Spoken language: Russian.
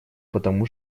потому